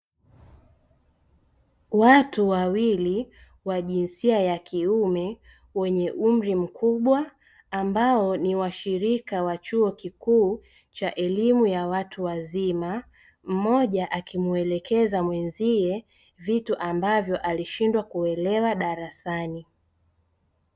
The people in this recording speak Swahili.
Watu wawili wa jinsia ya kiume wenye umri mkubwa ambao ni washirika wa chuo kikuu cha elimu ya watu wazima mmoja akimulekeza mwenzie vitu ambavyo alishindwa kuelewa darasani.